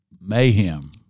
mayhem